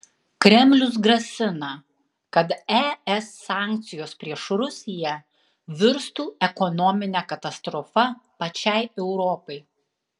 kremlius grasina kad es sankcijos prieš rusiją virstų ekonomine katastrofa pačiai europai